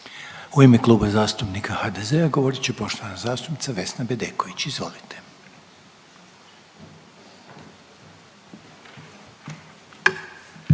U ime Kluba zastupnika HDZ-a govorit će poštovana zastupnica Vesna Bedeković. Izvolite.